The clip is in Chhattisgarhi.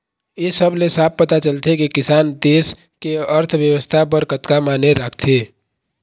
ए सब ले साफ पता चलथे के किसान देस के अर्थबेवस्था बर कतका माने राखथे